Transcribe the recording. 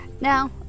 Now